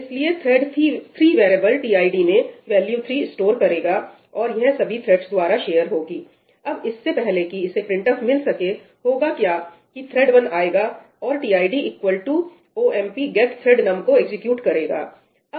इसलिए thread 3 variable tid में value 3 store करेगाऔर यह सभी थ्रेड्स द्वारा शेयर होगी अब इससे पहले कि इसे printf मिल सके होगा क्या कि थ्रेड् वन आएगा और tid equal to OMP get thread num को एग्जीक्यूट करेगा